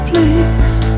Please